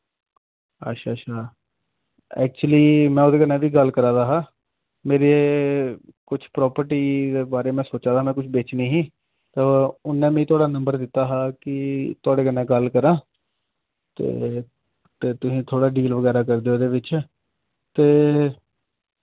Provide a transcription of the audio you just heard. अच्छा अच्छा एक्चुअली में ओह्दे कन्नै वी गल्ल करा दा हा मेरे कुछ प्रापर्टी दे बारे में सोच्चा दा में कुछ बेचनी ही तां उ'न्नै मि थोआड़ा नंबर दित्ता हा कि थोआड़े कन्नै गल्ल करां ते ते तुसे थोह्ड़ा डील वगैरा करी दियो एह्दे विच ते